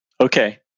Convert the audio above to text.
Okay